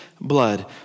blood